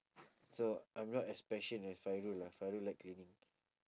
so I'm not as passion as fairul ah fairul like cleaning